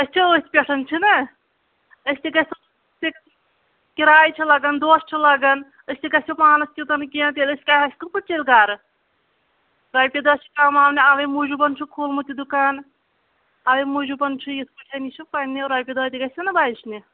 أسۍ چھِ أتھۍ پٮ۪ٹھ چھُنا أسۍ تہِ گژھو کراے چھِ لگان دۄہ لگان أسۍ تہِ پانَس تیوٗتاہ نہٕ کیٚنٛہہ تیٚلہِ أسۍ کیش کِتھ پٲٹھۍ چلہِ گرٕ رۄپیہِ دٔہ چھِ کماونہِ اوَے موٗجوٗب چھُ کھوٗلمُت یہِ دکان اوَے موٗجوٗب چھِ یِتھ پٲٹھۍ یہِ چھُ پنٕنہِ رۄپیہِ دٔہ تہِ گژھَن نَہ بچنہِ